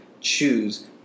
choose